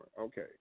Okay